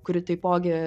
kuri taipogi